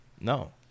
No